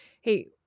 Hey